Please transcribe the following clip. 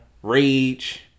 Rage